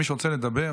אז מי שרוצה לדבר,